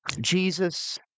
Jesus